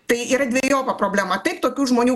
tai yra dvejopa problema taip tokių žmonių